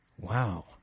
Wow